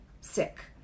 sick